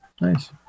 nice